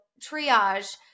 triage